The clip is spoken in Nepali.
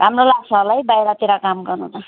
राम्रो लाग्छ होला है बाहिरतिर काम गर्नु त